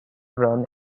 run